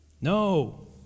No